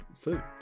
food